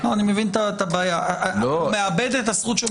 מרגע ההודאה הוא מאבד את הזכות שלו.